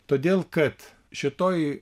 todėl kad šitoj